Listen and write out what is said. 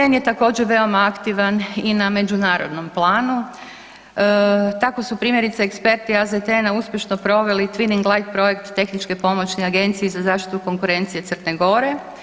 AZTN je također veoma aktivan i na međunarodnom planu, tako su primjerice eksperti AZTN-a uspješno proveli twinning light project tehničke pomoćne agencije za zaštitu konkurencije Crne Gore.